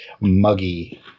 muggy